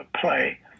play